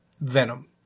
Venom